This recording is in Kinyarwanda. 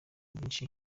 byinshi